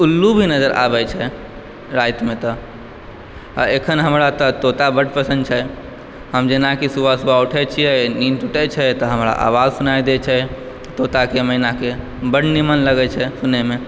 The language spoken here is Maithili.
उल्लू भी नजर आबैत छै रातिमे तऽ आ अखन हमरा तऽ तोता बड्ड पसन्द छै हम जेनाकि सुबह सुबह उठैत छियै नींद टूटय छै तऽ हमरा आवाज सुनाइ दैत छै तोताके मैनाके बड निमन लगैत छै सुनयमे